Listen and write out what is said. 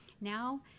now